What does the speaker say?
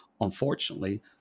unfortunately